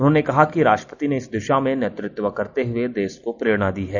उन्होंने कहा कि राष्ट्रपति ने इस दिशा में नेतृत्व करते हुए देश को प्रेरणा दी है